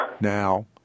Now